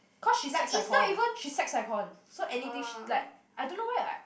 cause she's sex icon she's sex icon so anything she like I don't know why like